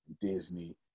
Disney